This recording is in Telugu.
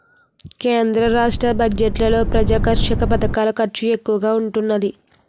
కేంద్ర రాష్ట్ర బడ్జెట్లలో ప్రజాకర్షక పధకాల ఖర్చు ఎక్కువగా ఉంటున్నాది